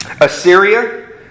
Assyria